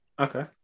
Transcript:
Okay